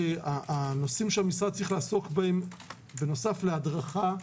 הנושאים שהמשרד צריך לעסוק בהם בנוסף להדרכה,